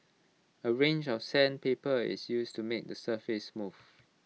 A range of sandpaper is used to make the surface smooth